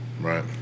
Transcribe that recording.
Right